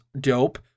dope